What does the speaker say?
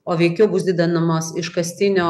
o veikiau bus didinamas iškastinio